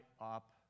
up